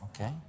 okay